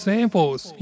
Samples